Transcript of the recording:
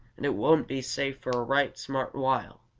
and it won't be safe for a right smart while.